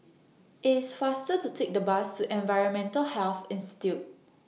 IT IS faster to Take The Bus to Environmental Health Institute